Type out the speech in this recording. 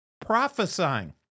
prophesying